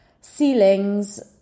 ceilings